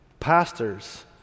Pastors